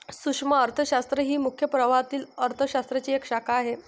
सूक्ष्म अर्थशास्त्र ही मुख्य प्रवाहातील अर्थ शास्त्राची एक शाखा आहे